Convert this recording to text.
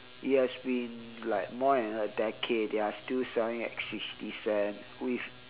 it has been like more than a decade and they are still selling at sixty cents with